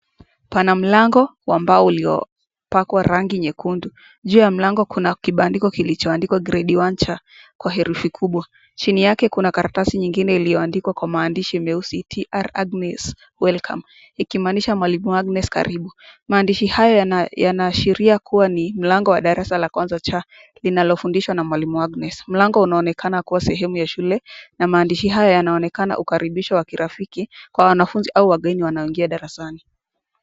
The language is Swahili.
Pana mlango wa mbao uliyo pakwa rangi nyekundu. Juu ya mlango kuna kibandiko kilicho andikwa grade1c kwa herufi kubwa. Chini yake kuna maandishi iliyoandikwa kwa rangi nyeusi Tr Agnes Welcome ikimaanisha mwalimu Agnes karibu. Maandishi haya yannashiria kuwa ni darasa la kwanza C linalo fundishwa na mwalimu Agnes. Maandishi haya yanaonekana ukaribisho wa kirafiki kwa wanafunzi au wageni wanaoingia darasani.